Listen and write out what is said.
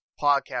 podcast